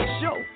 show